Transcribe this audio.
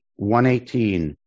118